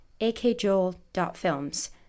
akjoel.films